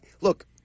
look –